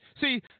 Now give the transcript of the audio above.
See